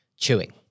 Chewing